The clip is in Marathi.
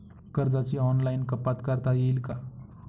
कर्जाची ऑनलाईन कपात करता येईल का?